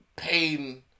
pain